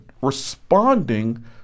responding